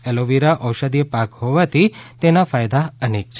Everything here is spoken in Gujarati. એલોવીરા ઔષધિય પાક હોવાથી તેના ફાયદા અનેક છે